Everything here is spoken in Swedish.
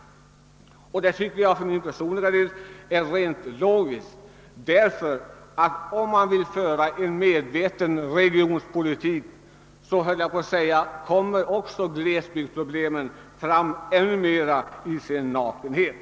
Detta anser jag vara logiskt därför att med en medveten regionpolitik kommer även glesbygdernas problem att ännu mer framstå i all sin nakenhet.